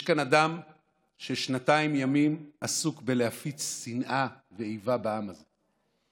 יש כאן אדם ששנתיים ימים עסוק בלהפיץ שנאה ואיבה בעם הזה.